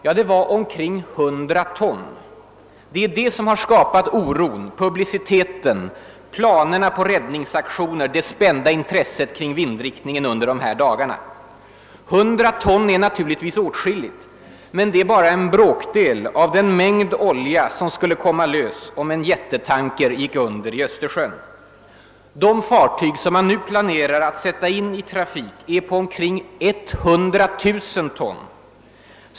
Ja, det var omkring 100 ton. Det är det som har skapat oron, publiciteten, planerna på räddningsaktioner, det spända intresset kring vindriktningen under dessa dagar. 100 ton är naturligtvis åtskilligt. Men det är bara en bråkdel av den mängd olja som skulle komma lös om en jättetanker gick under i Östersjön. De fartyg som man nu planerar att sätta in i trafik i Östersjön är på omkring 100 000 ton.